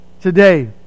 today